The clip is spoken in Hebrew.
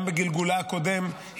גם בגלגולה הקודם,